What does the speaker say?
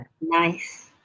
Nice